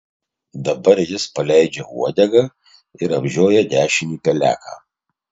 dabar jis paleidžia uodegą ir apžioja dešinį peleką